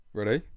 Ready